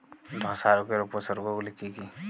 ধসা রোগের উপসর্গগুলি কি কি?